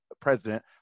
president